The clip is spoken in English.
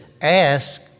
ask